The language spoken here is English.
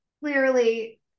clearly